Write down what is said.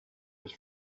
was